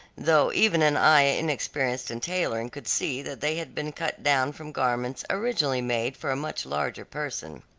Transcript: though even an eye inexperienced in tailoring could see that they had been cut down from garments originally made for a much larger person.